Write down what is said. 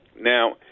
Now